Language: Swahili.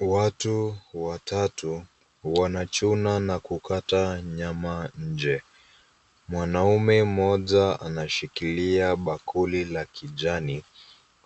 Watu watatu, wanachuna na kukata nyama nje, mwanaume anashikilia bakuli la kijani